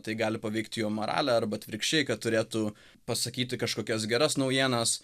tai gali paveikti jų moralę arba atvirkščiai kad turėtų pasakyti kažkokias geras naujienas